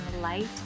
light